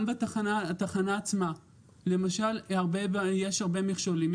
גם בתחנה עצמה יש הרבה מכשולים.